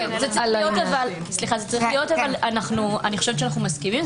אני חושבת שאנו מסכימים.